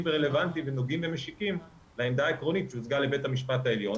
ורלוונטיים ונוגעים ומשיקים לעמדה העקרונית שמגיעה לבית המשפט העליון.